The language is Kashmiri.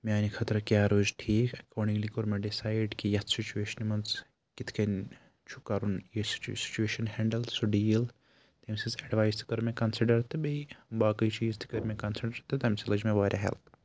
میٛانہِ خٲطرٕ کیٛاہ روزِ ٹھیٖک اٮ۪کاڈِنٛگلی کوٚر مےٚ ڈِسایڈ کہِ یَتھ سُچویشنہِ منٛز کِتھ کٔنۍ چھُ کَرُن یہِ سُچویشَن ہٮ۪نٛڈٕل سُہ ڈیٖل تٔمۍ سٕنٛز اٮ۪ڈوایس تہِ کٔر مےٚ کَنسِڈَر تہٕ بیٚیہِ باقٕے چیٖز تہِ کٔرۍ مےٚ کَنسِڈَر تہٕ تَمہِ سۭتۍ لٔج مےٚ واریاہ ہٮ۪لٕپ